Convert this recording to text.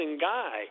guy